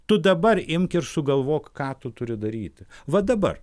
tu dabar imk ir sugalvok ką tu turi daryti va dabar